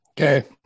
Okay